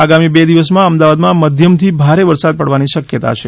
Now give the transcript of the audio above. આગામી બે દિવસમાં અમદાવાદમાં મધ્યમથી ભારે વરસાદ પડવાની શક્યતા છે